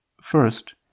First